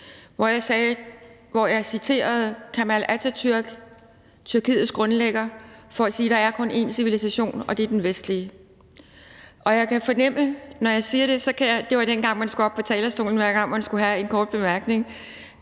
hvor jeg citerede Kemal Atatürk, Tyrkiets grundlægger, for at sige: Der er kun én civilisation, og det er den vestlige. Det var dengang, man skulle op på talerstolen, hver gang man skulle have en kort bemærkning,